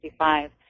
1965